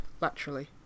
laterally